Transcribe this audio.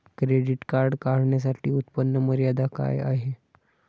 Credit card काढण्यासाठी उत्पन्न मर्यादा काय आहे?